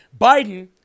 Biden